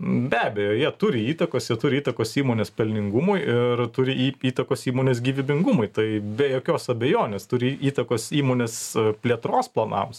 be abejo jie turi įtakos turi įtakos įmonės pelningumui ir turi į įtakos įmonės gyvybingumui tai be jokios abejonės turi įtakos įmonės plėtros planams